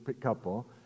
couple